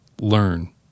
Learn